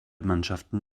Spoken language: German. mannschaften